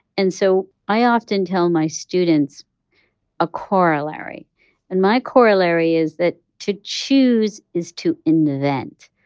and so i often tell my students a corollary and my corollary is that to choose is to invent,